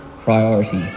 priority